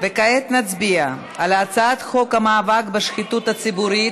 כעת נצביע על הצעת חוק המאבק בשחיתות הציבורית,